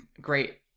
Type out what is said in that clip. great